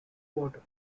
water